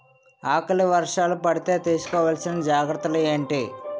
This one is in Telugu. ఆకలి వర్షాలు పడితే తీస్కో వలసిన జాగ్రత్తలు ఏంటి?